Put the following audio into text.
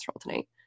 tonight